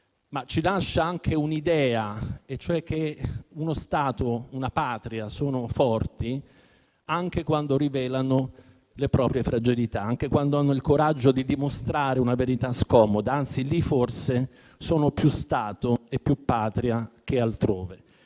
di gomma - ma anche l'idea che uno Stato e una Patria sono forti anche quando rivelano le proprie fragilità e anche quando hanno il coraggio di dimostrare una verità scomoda; anzi, lì forse sono più Stato e più Patria che altrove.